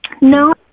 No